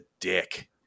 dick